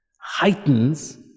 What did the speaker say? heightens